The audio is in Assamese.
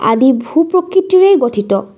আদি ভূ প্ৰকৃতিৰে গঠিত